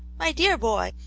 my dear boy,